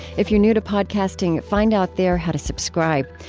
if you're new to podcasting, find out there how to subscribe.